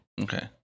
Okay